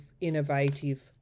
innovative